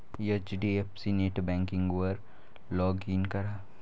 HDFC नेटबँकिंगवर log in करा